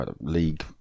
League